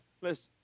listen